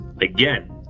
again